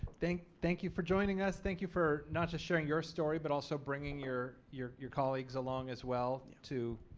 thank thank you for joining us. thank you for not just sharing your story but also bringing your your your colleagues along as well to